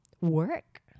work